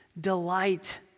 delight